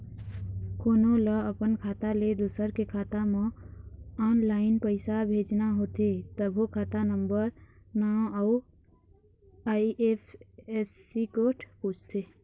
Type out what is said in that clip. कोनो ल अपन खाता ले दूसर के खाता म ऑनलाईन पइसा भेजना होथे तभो खाता नंबर, नांव अउ आई.एफ.एस.सी कोड पूछथे